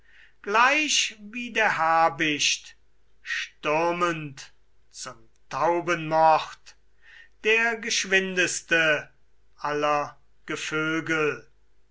gleich wie der habicht stürmend zum taubenmord der geschwindeste aller gevögel